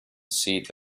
seat